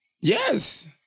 Yes